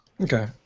Okay